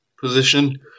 position